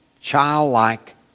childlike